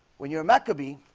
when you're a maccabee